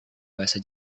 bahasa